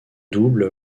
double